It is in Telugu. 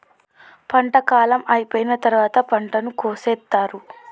పంట కాలం అయిపోయిన తరువాత పంటను కోసేత్తారు